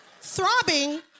throbbing